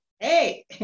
hey